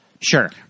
Sure